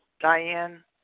Diane